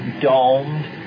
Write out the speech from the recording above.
domed